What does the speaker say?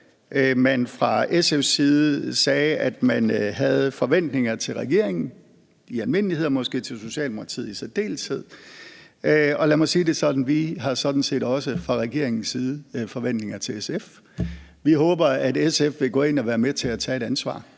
man fra SF's side sagde, at man havde forventninger til regeringen i almindelighed og måske til Socialdemokratiet i særdeleshed. Og lad mig sige det sådan: Vi har fra regeringens side sådan set også forventninger til SF. Vi håber på, at SF vil være med til at gå ind og tage et ansvar